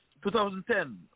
2010